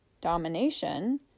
domination